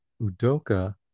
Udoka